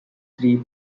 three